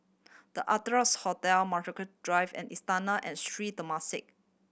The Ardennes Hotel Brockhampton Drive and Istana and Sri Temasek